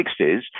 60s